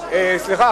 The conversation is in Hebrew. סליחה,